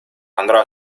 andrà